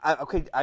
okay